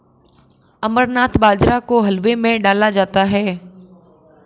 अमरनाथ बाजरा को हलवे में डाला जाता है